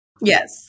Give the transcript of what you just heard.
Yes